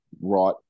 right